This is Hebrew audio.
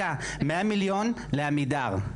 100 מיליון לעמידר.